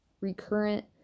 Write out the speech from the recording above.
recurrent